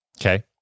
Okay